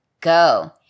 go